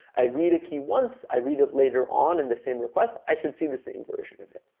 i read a key once. i read it later on in the same request. i should see the same version of it.